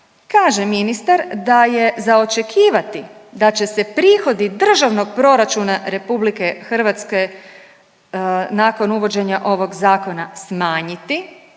Kaže ministar da je za očekivati da će se prihodi Državnog proračuna RH nakon uvođenja ovog zakona smanjiti,